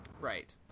Right